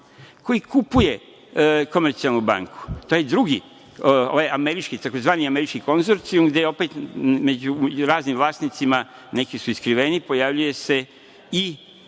koji kupuje „Komercijalnu banku“. Taj drugi, ovaj američki, tzv. američki konzorcijum gde opet među raznim vlasnicima neki su i skriveni, pojavljuje se i